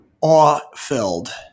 awe-filled